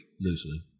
loosely